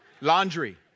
laundry